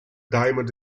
diamond